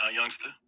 youngster